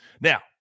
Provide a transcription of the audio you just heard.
now